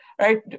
right